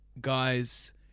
Guys